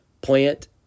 Plant